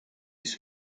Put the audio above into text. his